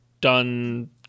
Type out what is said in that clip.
done